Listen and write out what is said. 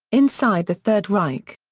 inside the third reich.